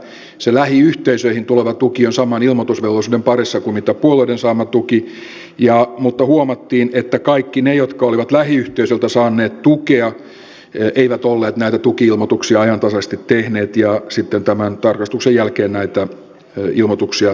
tärkeätä on se että se lähiyhteisöiltä tuleva tuki on saman ilmoitusvelvollisuuden parissa kuin mitä puolueiden saama tuki mutta huomattiin että kaikki ne jotka olivat lähiyhteisöltä saaneet tukea eivät olleet näitä tuki ilmoituksia ajantasaisesti tehneet ja sitten tämän tarkastuksen jälkeen näitä ilmoituksia täydennettiin